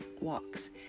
walks